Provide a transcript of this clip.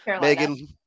Megan